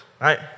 right